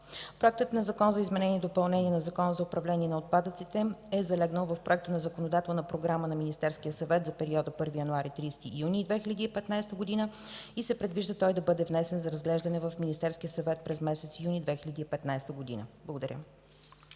Законопроектът за изменение и допълнение на Закона за управление на отпадъците е залегнал в проектната законодателна програма на Министерския съвет за периода 1 януари – 30 юни 2015 г. и се предвижда той да бъде внесен за разглеждане в Министерския съвет през месец юни 2015 г. Благодаря